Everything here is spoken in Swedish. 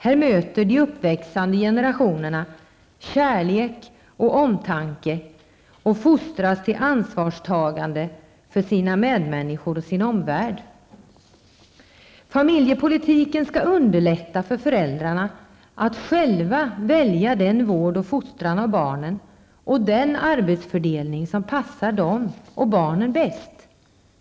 Här möter de uppväxande generationerna kärlek och omtanke och fostras till ansvarstagande för sina medmänniskor och sin omvärld. Familjepolitiken skall underlätta för föräldrarna att själva välja den vård och fostran av barnen och den arbetsfördelning som passar dem och barnen bäst.